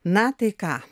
na tai ką